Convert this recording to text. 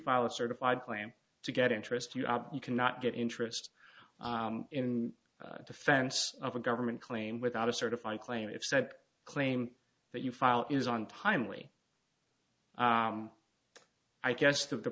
file a certified claim to get interest you cannot get interest in defense of a government claim without a certified claim if so claim that you file is on timely i guess the